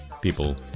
people